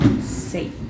safe